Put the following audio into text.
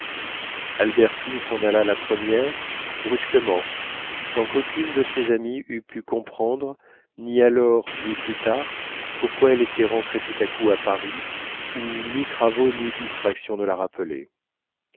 albertine s'en alla la première brusquement sans qu'aucune de ses amies eût pu comprendre ni alors ni plus tard pourquoi elle était rentrée tout à coup à paris où ni travaux ni distractions ne la